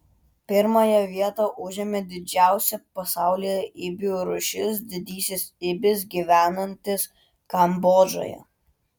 pirmąją vietą užėmė didžiausia pasaulyje ibių rūšis didysis ibis gyvenantis kambodžoje